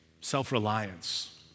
self-reliance